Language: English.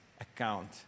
account